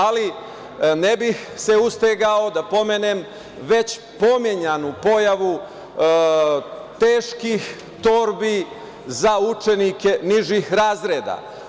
Ali, ne bih se ustezao da pomenem već pominjanu pojavu teških torbi za učenike nižih razreda.